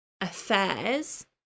affairs